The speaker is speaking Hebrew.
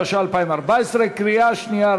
התשע"ה 2014. קריאה שנייה,